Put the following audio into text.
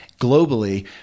globally